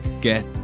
get